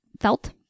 felt